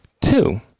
two